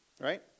right